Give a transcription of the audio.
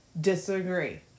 disagree